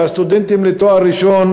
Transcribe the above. מהסטודנטים לתואר ראשון